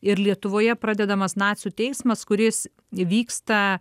ir lietuvoje pradedamas nacių teismas kuris vyksta